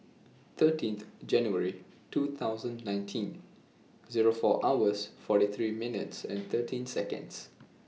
thirteenth January two thousand nineteen Zero four hours forty three minutes thirteen Seconds